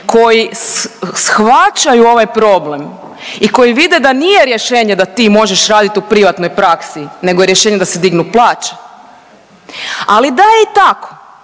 koji shvaćaju ovaj problem i koji vide da nije rješenje da ti možeš raditi u privatnoj praksi nego je rješenje da se dignu plaće. Ali da je i tako